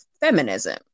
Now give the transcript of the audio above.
feminism